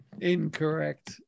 Incorrect